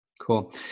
Cool